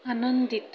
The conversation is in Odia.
ଆନନ୍ଦିତ